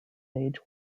age